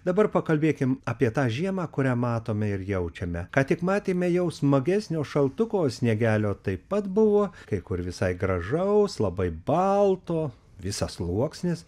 dabar pakalbėkim apie tą žiemą kurią matome ir jaučiame ką tik matėme jau smagesnio šaltuko sniegelio taip pat buvo kai kur visai gražaus labai balto visas sluoksnis